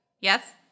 Yes